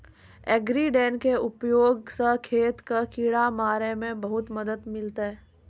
agri drone के उपयोग स खेत कॅ किड़ा मारे मॅ बहुते मदद मिलतै